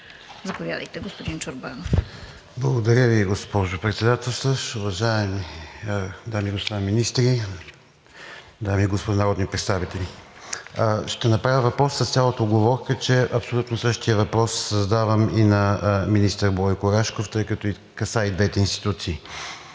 Заповядайте, господин Чорбанов. АНДРЕЙ ЧОРБАНОВ (ИТН): Благодаря Ви, госпожо Председателстваща. Уважаеми дами и господа министри, дами и господа народни представители! Ще направя въпрос с цялата уговорка, че абсолютно същия въпрос задавам и на министър Бойко Рашков, тъй като касае и двете институции.